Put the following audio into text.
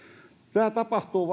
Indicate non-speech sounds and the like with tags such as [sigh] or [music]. tämä vain tapahtuu [unintelligible]